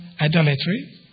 idolatry